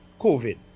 covid